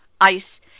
ice